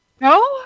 No